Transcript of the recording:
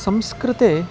संस्कृते